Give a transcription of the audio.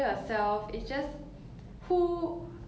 myself liking a lot like